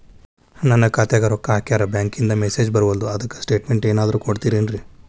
ನನ್ ಖಾತ್ಯಾಗ ರೊಕ್ಕಾ ಹಾಕ್ಯಾರ ಬ್ಯಾಂಕಿಂದ ಮೆಸೇಜ್ ಬರವಲ್ದು ಅದ್ಕ ಸ್ಟೇಟ್ಮೆಂಟ್ ಏನಾದ್ರು ಕೊಡ್ತೇರೆನ್ರಿ?